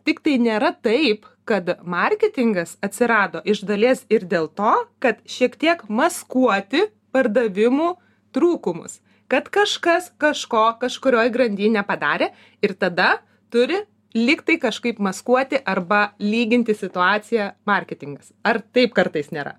tiktai nėra taip kad marketingas atsirado iš dalies ir dėl to kad šiek tiek maskuoti pardavimų trūkumus kad kažkas kažko kažkurioj grandy nepadarė ir tada turi lyg tai kažkaip maskuoti arba lyginti situaciją marketingas ar taip kartais nėra